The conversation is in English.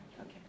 Okay